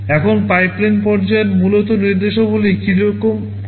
এখন পাইপলাইন পর্যায়ের মূলত নির্দেশাবলী কীভাবে কার্যকর হয়